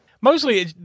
Mostly